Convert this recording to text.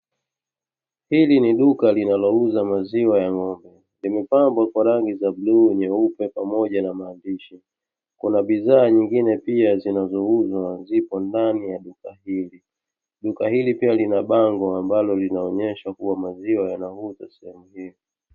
Hili ni duka linalouza maziwa ya ng'ombe, limepambwa kwa rangi za bluu, nyeupe, pamoja na maandishi. Kuna bidhaa nyingine pia zinazouzwa zipo ndani ya duka hili, duka hili pia lina bango ambalo linaonyesha kuwa maziwa yanauzwa sehemu hii.